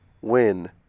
win